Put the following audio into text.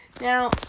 Now